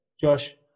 Josh